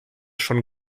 schon